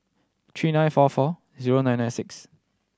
three nine four four zero nine nine six